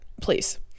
please